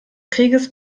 krieges